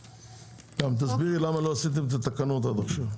גם תסבירי למה לא עשיתם את התקנות עד עכשיו.